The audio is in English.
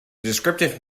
descriptive